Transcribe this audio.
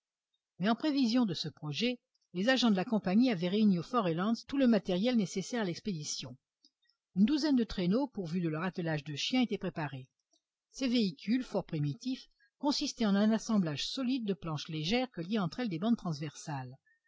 mais en prévision de ce projet les agents de la compagnie avaient réuni au fort reliance tout le matériel nécessaire à l'expédition une douzaine de traîneaux pourvus de leur attelage de chiens étaient préparés ces véhicules fort primitifs consistaient en un assemblage solide de planches légères que liaient entre elles des bandes transversales